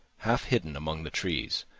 half hidden among the trees,